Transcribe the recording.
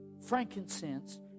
frankincense